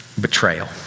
betrayal